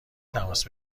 تماس